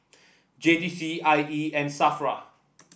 J T C I E and Safra